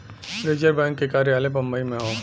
reserve bank के कार्यालय बम्बई में हौ